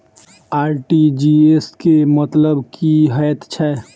RTGS केँ मतलब की हएत छै?